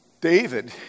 David